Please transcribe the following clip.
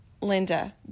Linda